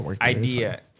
idea